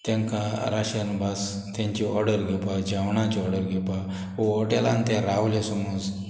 तांकां राशियन भास तेंची ऑर्डर घेवपाक जेवणाची ऑर्डर घेवपाक हॉटेलान ते रावले समोज